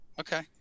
Okay